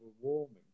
warming